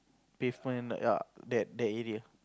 pavement ya that that area